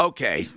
Okay